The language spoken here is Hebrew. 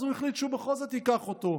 אז הוא החליט שהוא בכל זאת ייקח אותו,